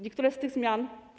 Niektóre z tych zmian.